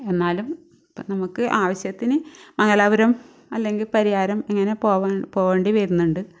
എന്നാലും നമുക്ക് ആവശ്യത്തിന് മംഗലാപുരം അല്ലെങ്കിൽ പരിയാരം ഇങ്ങനെ പോവ പോവേണ്ടി വരുന്നുണ്ട്